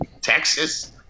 Texas